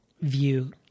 view